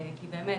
כי באמת